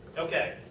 ok.